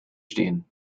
stehen